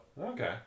Okay